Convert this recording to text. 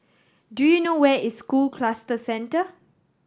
do you know where is School Cluster Centre